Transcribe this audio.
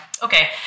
Okay